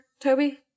toby